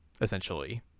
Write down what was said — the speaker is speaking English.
essentially